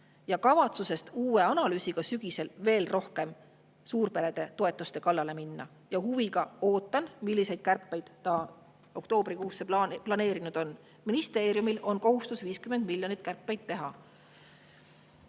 ja kavatsusest uue analüüsiga sügisel veel rohkem suurperede toetuste kallale minna. Huviga ootan, milliseid kärpeid ta oktoobrikuusse planeerinud on. Ministeeriumil on kohustus 50 miljoni eest kärpeid teha. Nii,